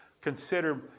Consider